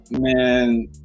Man